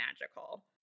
magical